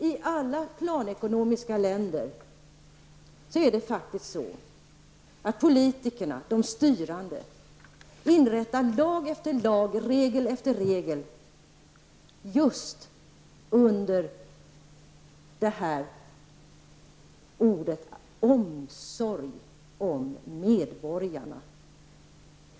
I alla planekonomiländer inför faktiskt politikerna, de styrande, regel efter regel, lag efter lag just under parollen omsorg om medborgarna!